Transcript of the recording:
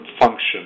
function